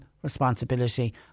Responsibility